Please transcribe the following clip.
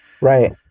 right